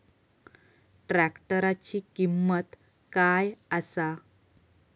ट्रॅक्टराची किंमत काय आसा?